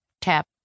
tap